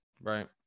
Right